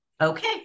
okay